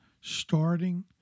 starting